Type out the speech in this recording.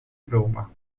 roma